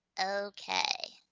okay.